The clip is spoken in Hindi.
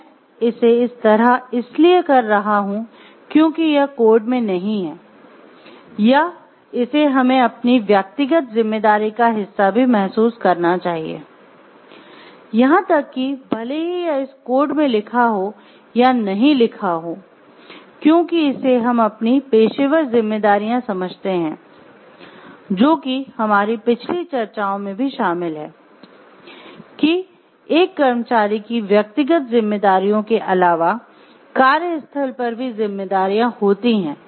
मैं इसे इस तरह इसलिए कर रहा हूं क्योंकि यह कोड में नहीं है या इसे हमें अपनी व्यक्तिगत जिम्मेदारी का हिस्सा भी महसूस करना चाहिए यहां तक कि भले ही यह इस कोड में लिखा हो या नहीं लिखा हो क्योंकि इसे हम अपनी पेशेवर जिम्मेदारियां समझते हैं जो कि हमारी पिछली चर्चाओं में भी शामिल हैं कि एक कर्मचारी की व्यक्तिगत जिम्मेदारियों के अलावा कार्यस्थल पर भी जिम्मेदारियां होती हैं